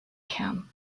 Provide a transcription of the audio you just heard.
kern